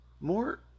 more